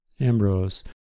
Ambrose